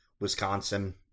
Wisconsin